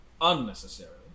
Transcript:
unnecessarily